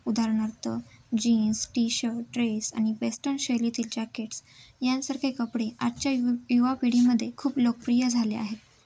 उदाहरणार्थ jeans T shirt dress आणि western शैलीतील जॅकेट्स यांसारखे कपडे आजच्या यु युवा पिढीमध्ये खूप लोकप्रिय झाले आहेत